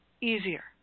easier